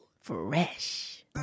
Fresh